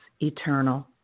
eternal